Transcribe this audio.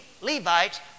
Levites